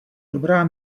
dobrá